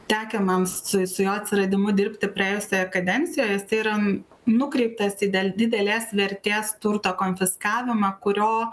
tekę man su su jo atsiradimu dirbti praėjusioje kadencijoje jisai yra nukreiptas į dėl didelės vertės turto konfiskavimą kurio